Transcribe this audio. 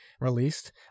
released